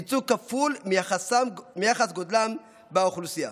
ייצוג כפול מייחס גודלם באוכלוסייה.